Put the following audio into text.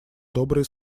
добрые